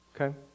Okay